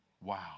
Wow